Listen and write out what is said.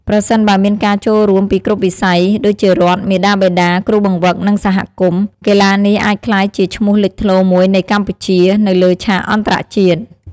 ប្រសិនបើមានការចូលរួមពីគ្រប់វិស័យ ដូចជារដ្ឋ មាតាបិតា គ្រូបង្វឹក និងសហគមន៍ កីឡានេះអាចក្លាយជាឈ្មោះលេចធ្លោមួយនៃកម្ពុជា នៅលើឆាកអន្តរជាតិ។